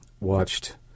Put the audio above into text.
watched